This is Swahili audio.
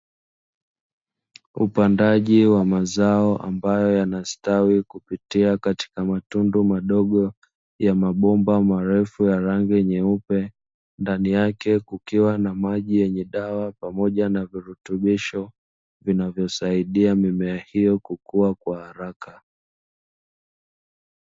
Upandaji wa mazao ambayo yanastawi kupitia katika matundu madogo ya mabomba marefu ya rangi nyeupe, ndani yake kukiwa na maji yenye dawa pamoja na virutubisho vinavyosaidia mimea hiyo kukuwa kwa haraka.